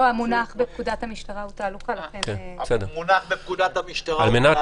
לא, המונח בפקודת המשטרה הוא תהלוכה.